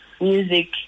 music